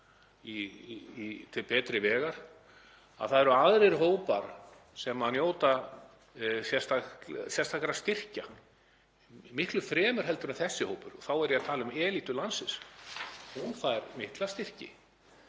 til betri vegar, að það eru aðrir hópar sem njóta sérstakra styrkja miklu fremur heldur en þessi hópur. Þá er ég að tala um elítu landsins. Hún fær mikla styrki.